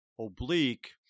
oblique